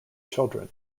children